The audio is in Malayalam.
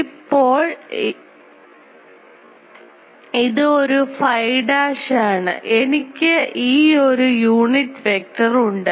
അതിനാൽ ഇപ്പോൾ ഇത് ഒരു phi dash ആണ് എനിക്ക് ഈ ഒരു യൂണിറ്റ് വെക്റ്റർ ഉണ്ട്